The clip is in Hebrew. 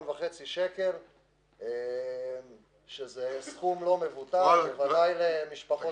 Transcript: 1.5 מיליון שקל שזה סכום לא מבוטל בוודאי למשפחות צעירות.